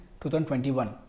2021